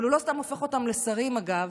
אבל הוא לא סתם הופך אותם לשרים, אגב,